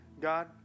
God